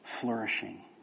flourishing